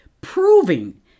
proving